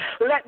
let